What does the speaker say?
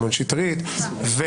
שמעון שטרית.